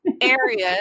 areas